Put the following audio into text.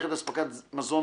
מערכת אספקת מזון,